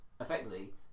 effectively